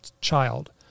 child